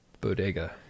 Bodega